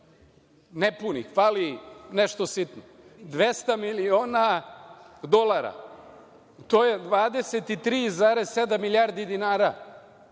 nepunih, fali nešto sitno. Dvesta miliona dolara je 23,7 milijardi dinara